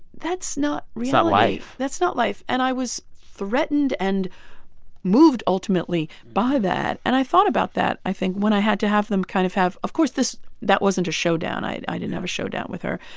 that's not life that's not life. and i was threatened and moved, ultimately, by that. and i thought about that, i think, when i had to have them kind of have of course, this that wasn't a showdown. i i didn't have a showdown with her.